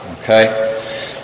Okay